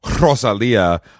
Rosalia